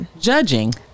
Judging